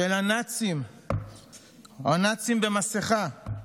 של הנאצים או הנאצים "במסכה"